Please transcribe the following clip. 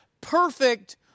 perfect